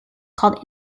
called